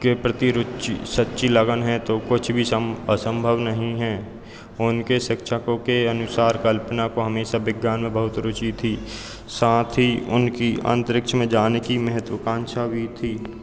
के प्रति रुचि सच्ची लगन है तो कुछ भी सम असंभव नहीं है उनके शिक्षकों के अनुसार कल्पना को हमेशा विज्ञान में बहुत रुचि थी साथ ही उनकी अन्तरिक्ष में जाने की महात्वाकांक्षा भी थी